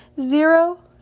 Zero